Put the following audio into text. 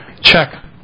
Check